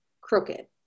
crooked